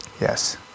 Yes